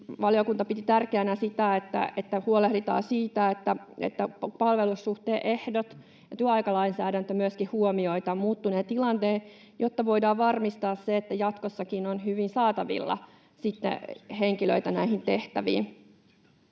valiokunta piti tärkeänä, että huolehditaan siitä, että palvelussuhteiden ehdot ja työaikalainsäädäntö myöskin huomioivat tämän muuttuneen tilanteen, jotta voidaan varmistaa se, että jatkossakin on hyvin saatavilla henkilöitä näihin tehtäviin.